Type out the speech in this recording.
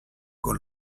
con